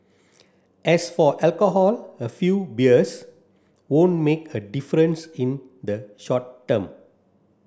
as for alcohol a few beers won't make a difference in the short term